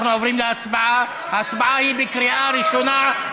ההצבעה היא בקריאה ראשונה,